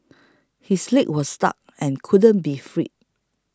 his leg was stuck and couldn't be freed